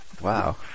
Wow